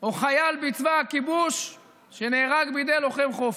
או חייל בצבא הכיבוש שנהרג בידי לוחם חופש?